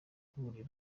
kuburira